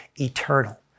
eternal